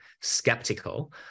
skeptical